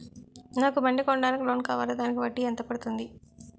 నాకు బండి కొనడానికి లోన్ కావాలిదానికి వడ్డీ ఎంత పడుతుంది?